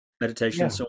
meditation